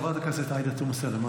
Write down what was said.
חברת הכנסת עאידה תומא סלימאן,